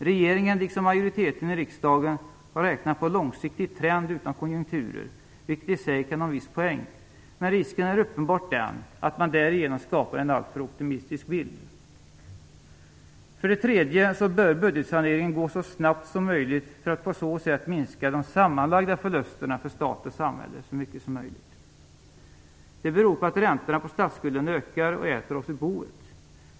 Regeringen, liksom majoriteten i riksdagen, har räknat på en långsiktig trend utan konjunkturer - vilket i sig kan ha en viss poäng. Men risken är uppenbart den att man därigenom skapar en alltför optimistisk bild. För det tredje bör budgetsaneringen gå så snabbt som möjligt för att på så sätt minska de sammanlagda förlusterna för stat och samhälle så mycket som möjligt. De beror på att räntorna på statsskulden ökar och äter oss ur boet.